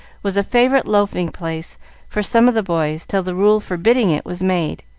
was a favorite loafing place for some of the boys till the rule forbidding it was made,